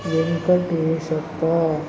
Venkateshappa